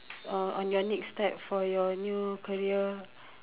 on on your next step for your new career